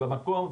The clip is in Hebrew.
במקום,